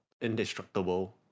indestructible